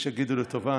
יש שיגידו לטובה,